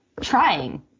trying